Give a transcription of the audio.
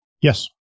Yes